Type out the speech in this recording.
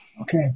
Okay